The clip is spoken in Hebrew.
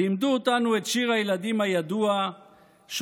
לימדו אותנו את שיר הילדים הידוע שכתבה